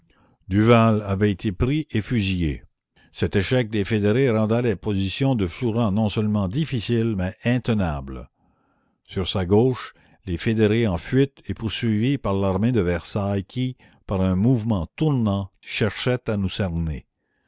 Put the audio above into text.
commune duval avait été pris et fusillé cet échec des fédérés rendait la position de flourens non seulement difficile mais intenable sur sa gauche les fédérés en fuite et poursuivis par l'armée de versailles qui par un mouvement tournant cherchait à nous cerner